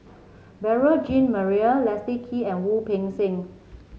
Beurel Jean Marie Leslie Kee and Wu Peng Seng